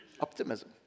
Optimism